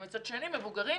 ומצד שני מבוגרים,